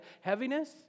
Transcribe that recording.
heaviness